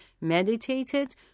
meditated